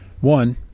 One